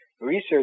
research